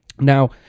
Now